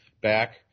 back